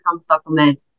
supplement